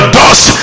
dust